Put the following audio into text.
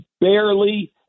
barely